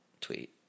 Tweet